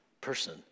person